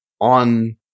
on